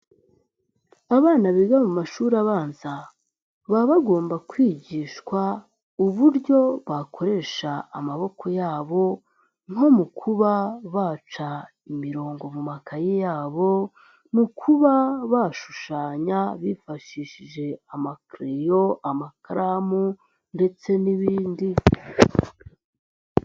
Abana biga mu mashuri abanza baba bagomba kwigishwa uburyo bakoresha amaboko yabo nko mu kuba baca imirongo mu makaye yabo, mu kuba bashushanya bifashishije amakereyo, amakaramu ndetse n'ibindi.